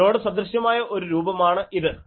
ഇതിനോട് സദൃശ്യമായ ഒരു രൂപമാണ് ഇത്